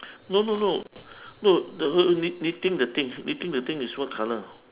no no no no the knit knitting the thing knitting the thing is what colour